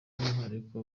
umwihariko